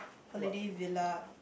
holiday villa